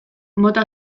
mota